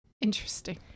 Interesting